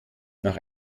nach